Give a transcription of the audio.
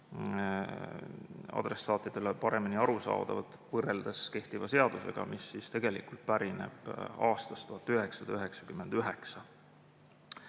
adressaatidele paremini arusaadavad võrreldes kehtiva seadusega, mis tegelikult pärineb aastast 1999.